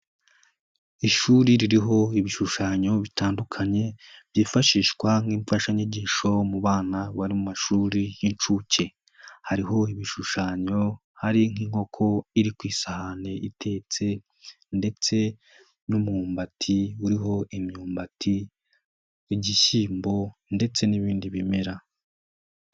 Ishuri ririho ibishushanyo bitandukanye byifashishwa nk'imfashanyigisho mu bana bari mu mashuri y'inshuke, hariho ibishushanyo, hari nk'inkoko iri ku isahani itetse ndetse n'umwumbati uriho imyumbati, n'igishyimbo ndetse n'ibindi bimera.